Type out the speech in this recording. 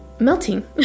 melting